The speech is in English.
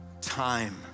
time